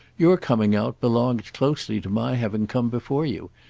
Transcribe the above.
your coming out belonged closely to my having come before you,